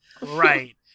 right